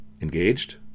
engaged